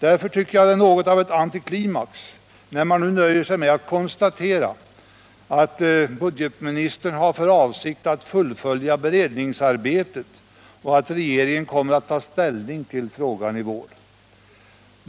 Därför tycker jag det är något av en antiklimax när utskottet nu nöjer sig med att konstatera att budgetministern har för avsikt att fullfölja beredningsarbetet och att regeringen kommer att ta ställning till frågan i vår.